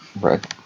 Right